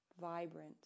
vibrant